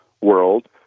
world